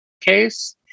case